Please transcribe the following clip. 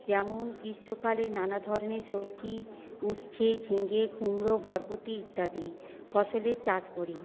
যেমন গ্রীষ্মকালে নানা ধরনের সবজি উচ্ছে ঝিঙে কুমড়ো বরবটি ইত্যাদি ফসলের চাষ করি